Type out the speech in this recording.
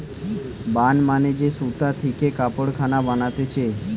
burn মানে যে সুতা থিকে কাপড়ের খান বানাচ্ছে